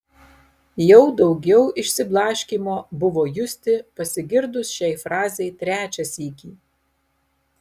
jau daugiau išsiblaškymo buvo justi pasigirdus šiai frazei trečią sykį